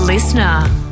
Listener